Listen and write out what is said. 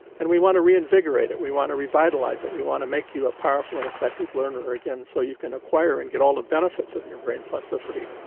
and we want to reinvigorate it. we want to revitalise it. we want to make you a powerful and effective learner again, so you can acquire and get all the benefits of your brain plasticity.